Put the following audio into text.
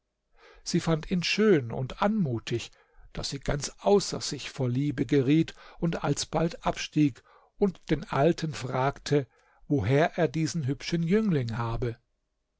sie fand ihn schön und anmutig daß sie ganz außer sich vor liebe geriet und alsbald abstieg und den alten fragte woher er diesen hübschen jüngling habe